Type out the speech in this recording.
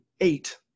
eight